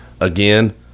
Again